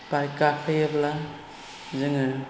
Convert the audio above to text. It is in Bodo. बाइक गाखोयोब्ला जोङो